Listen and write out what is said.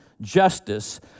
justice